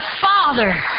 Father